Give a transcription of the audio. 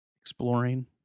exploring